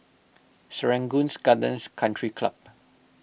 Serangoons Gardens Country Club